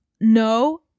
No